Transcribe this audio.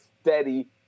steady